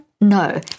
No